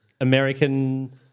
American